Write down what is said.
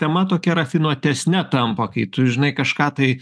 tema tokia rafinuotesne tampa kai tu žinai kažką tai